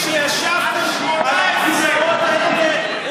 כשישבתם על הכיסאות האלה,